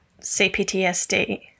CPTSD